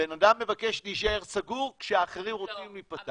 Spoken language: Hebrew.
הבן אדם מבקש להישאר סגור כשהאחרים רוצים להיפתח.